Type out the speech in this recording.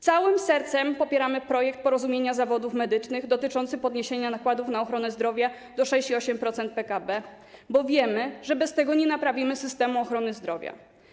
Całym sercem popieramy projekt Porozumienia Zawodów Medycznych dotyczący podniesienia nakładów na ochronę zdrowia do 6,8% PKB, bo wiemy, że bez tego nie naprawimy systemu ochrony zdrowia.